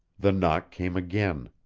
the knock came again.